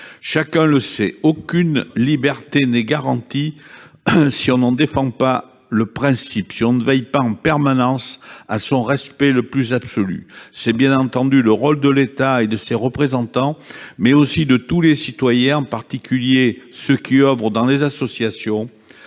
Chacun le sait, aucune liberté n'est garantie si l'on n'en défend pas le principe et si l'on ne veille pas en permanence à son respect le plus absolu. C'est, bien entendu, le rôle de l'État et de ses représentants, mais aussi celui de tous les citoyens, en particulier ceux qui agissent dans les associations.